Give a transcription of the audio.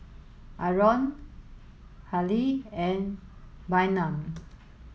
Aron Halley and Bynum